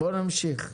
בואו נמשיך.